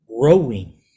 growing